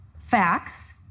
facts